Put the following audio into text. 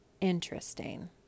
Interesting